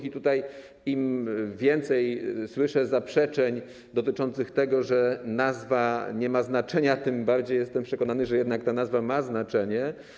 I tutaj im więcej słyszę zaprzeczeń dotyczących tego, że nazwa nie ma znaczenia, tym bardziej jestem przekonany, że jednak nazwa ma znaczenie.